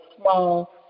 small